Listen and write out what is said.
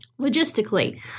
logistically